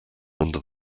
under